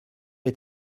est